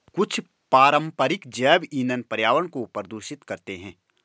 कुछ पारंपरिक जैव ईंधन पर्यावरण को प्रदूषित करते हैं